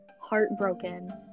heartbroken